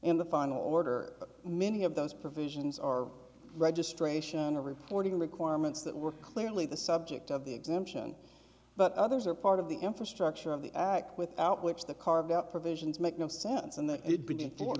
in the final order many of those provisions are registration of reporting requirements that were clearly the subject of the exemption but others are part of the infrastructure of the act without which the carve out provisions make no sense and that it